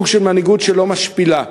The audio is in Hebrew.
סוג של מנהיגות שלא משפילה,